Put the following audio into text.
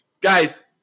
Guys